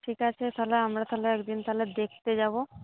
ঠিক আছে তাহলে আমরা তাহলে একদিন তাহলে দেখতে যাবো